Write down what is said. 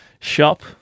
shop